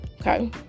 Okay